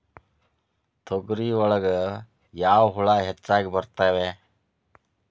ತೊಗರಿ ಒಳಗ ಯಾವ ಹುಳ ಹೆಚ್ಚಾಗಿ ಬರ್ತವೆ?